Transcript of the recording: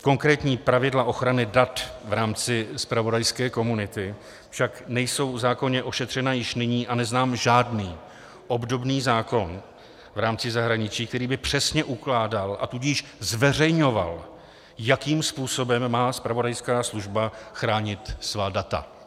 Konkrétní pravidla ochrany dat v rámci zpravodajské komunity však nejsou v zákoně ošetřena již nyní a neznám žádný obdobný zákon v rámci zahraničí, který by přesně ukládal, a tudíž zveřejňoval, jakým způsobem má zpravodajská služba chránit svá data.